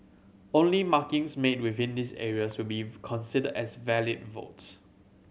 only markings made within these areas will be considered as valid votes